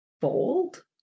bold